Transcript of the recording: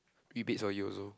rebates for you also